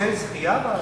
מפעל הפיס.